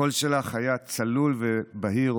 הקול שלך היה צלול ובהיר,